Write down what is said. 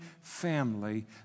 family